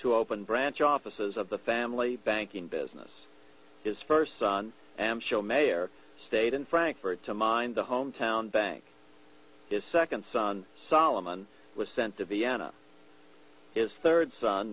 to open branch offices of the family banking business is first and show mayor state in frankfurt to mind the hometown bank his second son solomon was sent to vienna his third son